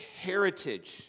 heritage